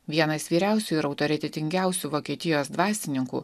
vienas vyriausių ir autoritetingiausių vokietijos dvasininkų